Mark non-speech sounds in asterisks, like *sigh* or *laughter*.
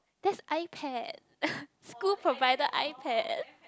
that's iPad *noise* school provided iPad